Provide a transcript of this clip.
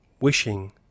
wishing